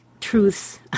truths